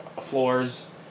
floors